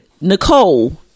Nicole